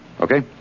Okay